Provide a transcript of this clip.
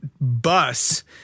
bus